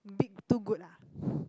big too good ah